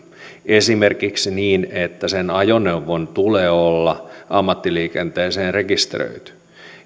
esimerkiksi niin että sen ajoneuvon tulee olla ammattiliikenteeseen rekisteröity